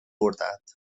بردند